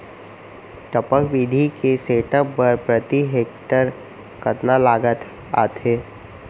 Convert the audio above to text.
टपक विधि के सेटअप बर प्रति हेक्टेयर कतना लागत आथे?